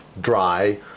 dry